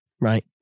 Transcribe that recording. right